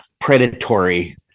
predatory